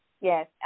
Yes